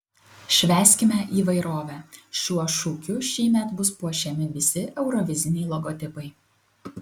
švęskime įvairovę šiuo šūkiu šįmet bus puošiami visi euroviziniai logotipai